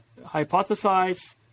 hypothesize